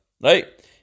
right